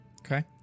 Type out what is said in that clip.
okay